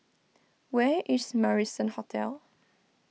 where is Marrison Hotel